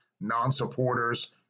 non-supporters